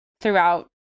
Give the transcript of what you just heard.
throughout